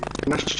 נשים